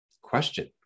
question